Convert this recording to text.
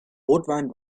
rotwein